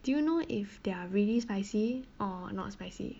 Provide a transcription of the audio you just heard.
do you know if they're really spicy or not spicy